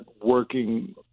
working